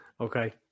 okay